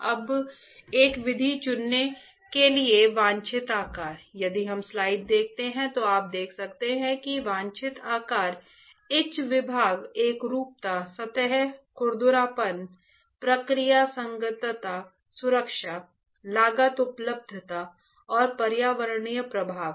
अब एक विधि चुनने के लिए वांछित आकार यदि हम स्लाइड देखते हैं तो आप देख सकते हैं कि वांछित आकार ईच विभाग एकरूपता सतह खुरदरापन प्रक्रिया संगतता सुरक्षा लागत उपलब्धता और पर्यावरणीय प्रभाव है